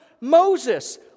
Moses